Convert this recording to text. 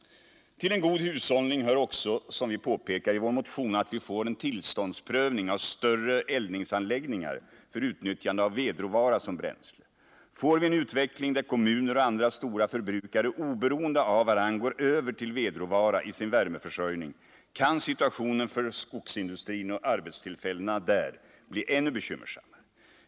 Till en god hushållning hör också, som vi påpekar i vår motion, att vi får en tillståndsprövning av större eldningsanläggningar för utnyttjande av vedråvara som bränsle. Får vi en utveckling där kommuner och andra stora förbrukare oberoende av varandra går över till vedråvara i sin värmeförsörjning, kan situationen för skogsindustrin och arbetstillfällena där bli ännu mer bekymmersam.